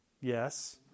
Yes